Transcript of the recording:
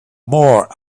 more